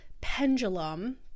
pendulum